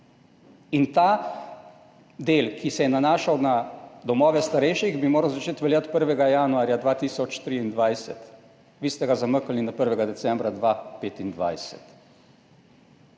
Ta del, ki se je nanašal na domove za starejše, bi moral začeti veljati 1. januarja 2023, vi ste ga zamaknili na 1. december 2025.